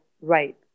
right